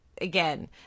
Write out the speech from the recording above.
again